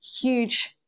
huge